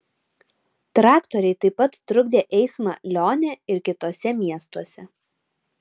traktoriai taip pat trukdė eismą lione ir kituose miestuose